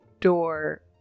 door